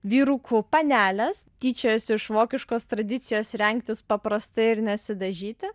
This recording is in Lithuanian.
vyrukų panelės tyčiojasi iš vokiškos tradicijos rengtis paprastai ir nesidažyti